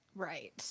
Right